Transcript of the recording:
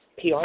PR